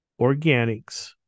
organics